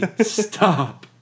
Stop